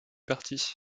parti